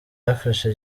yafashe